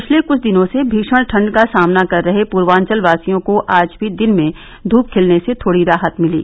पिछले कुछ दिनों से भीषण ठंड का सामना कर रहे पूर्वाचलवासियों को आज भी दिन में धूप खिलने से थोड़ी राहत मिली